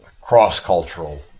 cross-cultural